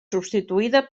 substituïda